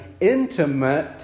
intimate